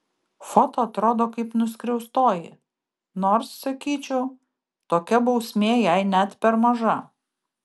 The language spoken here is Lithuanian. foto atrodo kaip nuskriaustoji nors sakyčiau tokia bausmė jai net per maža